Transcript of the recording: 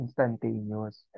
instantaneous